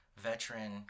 veteran